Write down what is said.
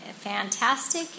Fantastic